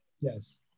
Yes